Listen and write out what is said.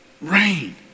Rain